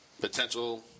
Potential